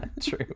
true